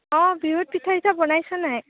অঁ বিহুত পিঠা চিঠা বনাইছ নাই